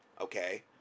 okay